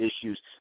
issues